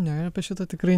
ne apie šitą tikrai